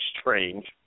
strange